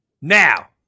Now